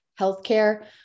healthcare